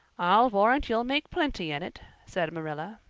i'll warrant you'll make plenty in it, said marilla.